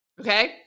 Okay